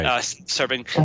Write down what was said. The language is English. serving